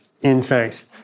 insects